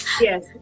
Yes